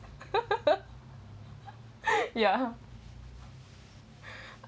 ya